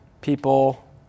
people